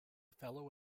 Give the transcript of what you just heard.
fellow